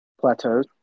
Plateaus